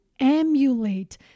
emulate